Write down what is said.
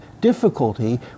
difficulty